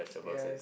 yeah